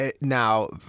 Now